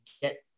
get